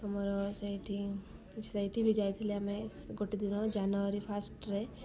ଆମର ସେଇଠି ସେଇଠି ବି ଯାଇଥିଲ ଆମେ ଗୋଟେ ଦିନ ଜାନୁଆରୀ ଫାର୍ଷ୍ଟରେ